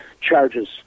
charges